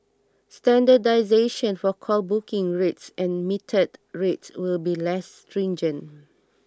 standardisation for call booking rates and metered rates will be less stringent